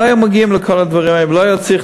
לא היו מגיעים לכל הדברים האלה, ולא היה צריך